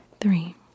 Three